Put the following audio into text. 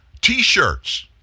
t-shirts